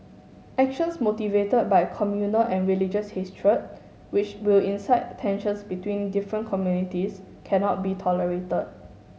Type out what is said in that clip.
actions motivated by communal and religious history which will incite tensions between different communities cannot be tolerated